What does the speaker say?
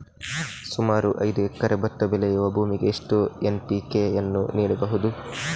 ಸುಮಾರು ಐದು ಎಕರೆ ಭತ್ತ ಬೆಳೆಯುವ ಭೂಮಿಗೆ ಎಷ್ಟು ಎನ್.ಪಿ.ಕೆ ಯನ್ನು ನೀಡಬಹುದು?